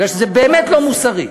מפני שזה באמת לא מוסרי,